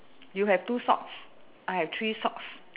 you have two socks I have three socks